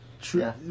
True